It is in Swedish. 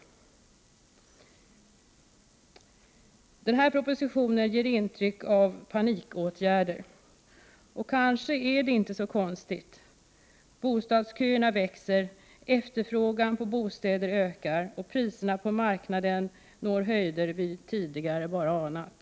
Den här propositionen ger intryck av panikåtgärder. Och kanske är det inte så konstigt. Bostadsköerna växer, efterfrågan på bostäder ökar och priserna på marknaden når höjder som vi tidigare bara anat.